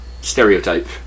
stereotype